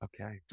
Okay